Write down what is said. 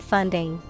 Funding